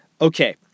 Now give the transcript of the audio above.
Okay